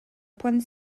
pointe